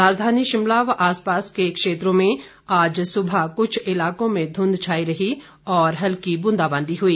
राजधानी शिमला व आसपास के क्षेत्रों में आज सुबह कुछ इलाकों में धुंध छाई रही और हल्की ब्रंदाबांदी हुई